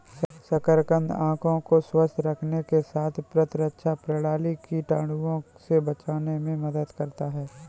शकरकंद आंखों को स्वस्थ रखने के साथ प्रतिरक्षा प्रणाली, कीटाणुओं से बचाने में मदद करता है